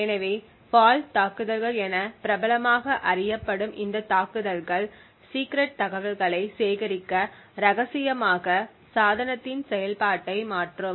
எனவே ஃபால்ட் தாக்குதல்கள் என பிரபலமாக அறியப்படும் இந்த தாக்குதல்கள் சீக்ரெட் தகவல்களை சேகரிக்க இரகசியமாக சாதனத்தின் செயல்பாட்டை மாற்றும்